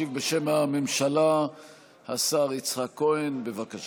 ישיב בשם הממשלה השר יצחק כהן, בבקשה.